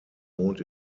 wohnt